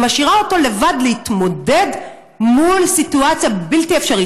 והיא משאירה אותו לבד להתמודד מול סיטואציה בלתי אפשרית.